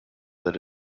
that